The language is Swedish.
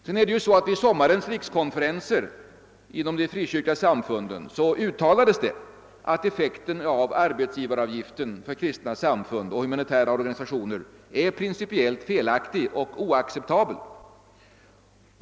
Vidare är det så att vid sommarens rikskonferenser inom de frikyrkliga samfunden uttalades det att effekten av arbetsgivaravgiften för kristna samfund och humanitära organisationer är principiellt felaktig och oacceptabel.